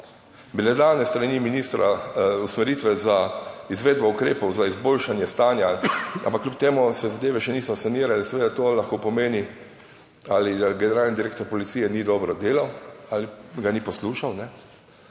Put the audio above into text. bile dane s strani ministra usmeritve za izvedbo ukrepov za izboljšanje stanja, ampak kljub temu se zadeve še niso sanirale. Seveda to lahko pomeni, ali generalni direktor Policije ni dobro delal ali ga ni poslušal ali